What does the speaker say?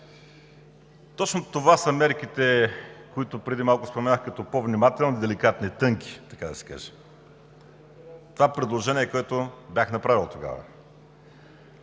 Точно това са мерките, които преди малко споменах като по-внимателни, деликатни и тънки, така да се каже. Това е предложение, което бях направил тогава.